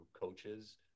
Coaches